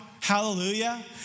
hallelujah